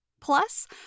plus